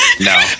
No